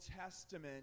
Testament